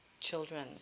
children